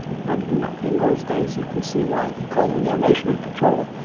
but in ah in those days, you can see why they called it information and control.